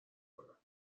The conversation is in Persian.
کنم